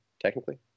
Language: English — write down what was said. Technically